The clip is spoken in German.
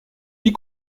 die